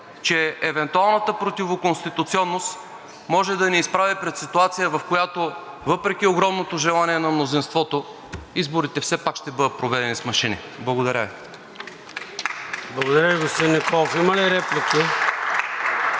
че евентуалната противоконституционност може да ни изправи пред ситуация, в която въпреки огромното желание на мнозинството, изборите все пак ще бъдат проведени с машини. Благодаря Ви. (Ръкопляскания от „Български